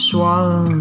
Swallow